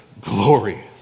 glory